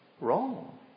wrong